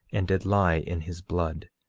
and did lie in his blood.